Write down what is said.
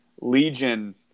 legion